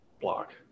block